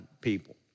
people